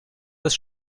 das